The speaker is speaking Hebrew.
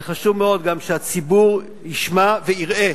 וגם חשוב מאוד שהציבור ישמע ויראה